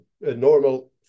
normal